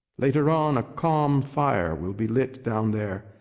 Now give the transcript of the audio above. later on a calm fire will be lit down there,